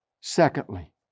Secondly